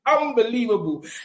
unbelievable